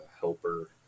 helper